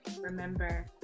Remember